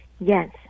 Yes